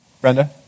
Brenda